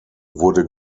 wurde